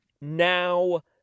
now